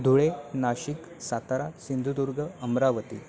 Dhule Nashik Satara Sindhudurg Amravati